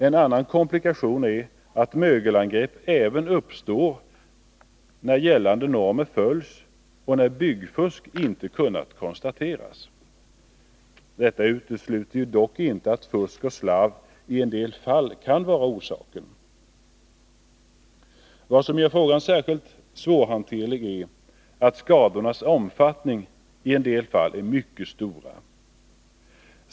En annan komplikation är att mögelangrepp uppstår även när gällande normer följts och när byggfusk inte kunnat konstateras. Detta utesluter dock inte att fusk och slarv i en del fall kan vara orsaken. Vad som gör frågan särskilt svårhanterlig är att skadornas omfattning i en del fall är mycket stora.